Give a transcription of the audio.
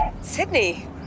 Sydney